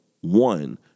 one